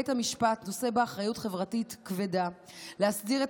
בית המשפט נושא באחריות חברתית כבדה להסדיר את